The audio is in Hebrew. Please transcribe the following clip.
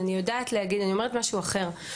אני אומרת משהו אחר.